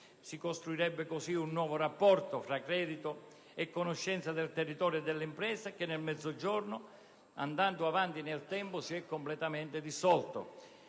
Si ricostruirebbe così un nuovo rapporto fra credito e conoscenza del territorio e delle imprese che nel Mezzogiorno d'Italia, andando avanti nel tempo, si è completamente dissolto,